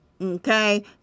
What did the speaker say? okay